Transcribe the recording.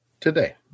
today